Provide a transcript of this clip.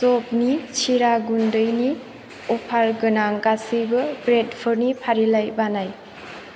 जबनि सिरा गुन्दैनि अफार गोनां गासैबो ब्रेडफोरनि फारिलाइ बानाय